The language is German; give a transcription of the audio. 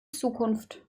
zukunft